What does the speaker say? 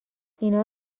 اینا